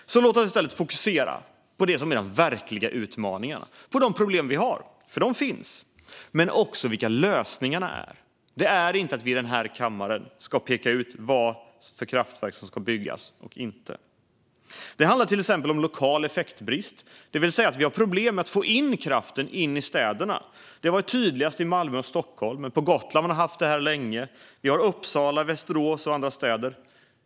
Låt oss i stället fokusera på de verkliga utmaningarna och de problem som finns, men också på vilka lösningarna är. Att vi i denna kammare ska peka ut vilka kraftverk som ska byggas eller inte byggas är inte en lösning. Det handlar till exempel om lokal effektbrist, det vill säga att vi har problem med att få in kraften i städerna. Det har varit tydligast i Malmö och Stockholm. På Gotland har man haft detta problem länge, och det finns också i Uppsala, Västerås och andra städer.